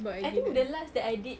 I think the last that I did